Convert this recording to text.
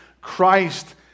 Christ